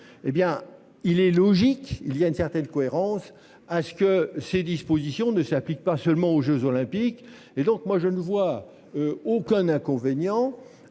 hé bien il est logique, il y a une certaine cohérence à ce que ces dispositions ne s'applique pas seulement aux jeux olympiques et donc moi je ne vois aucun inconvénient